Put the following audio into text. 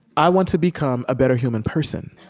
i want to become a better human person.